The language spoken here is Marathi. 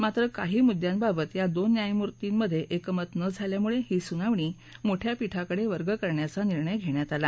मात्र काही मुद्यांबाबत या दोन न्यायमूर्तीमधे एकमत न झाल्यामुळे ही सुनावणी मोठया पीठाकडे वर्ग करण्याचा निर्णय घेण्यात आला